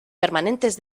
permanentes